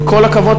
עם כל הכבוד,